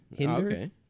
okay